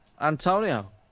Antonio